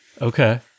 Okay